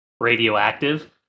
radioactive